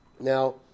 Now